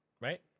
Right